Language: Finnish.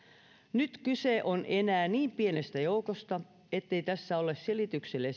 nyt kyse on enää niin pienestä joukosta ettei tässä ole selityksille